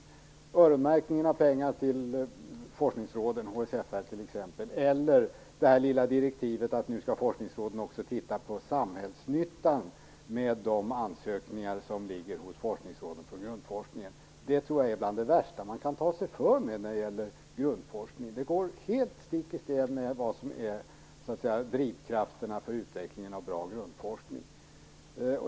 Det är öronmärkningen av pengar till forskningsråden, t.ex. HSFR, eller det lilla direktivet om att forskningsråden nu också skall titta på samhällsnyttan i fråga om de ansökningar för grundforskning som ligger hos forskningsråden. Det tror jag är bland det värsta man kan ta sig för när det gäller grundforskning. Det går helt i stick i stäv mot det som är drivkrafterna för utveckling av en bra grundforskning.